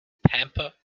pampa